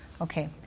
Okay